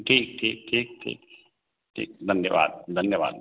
ठीक ठीक ठीक ठीक ठीक धन्यवाद धन्यवाद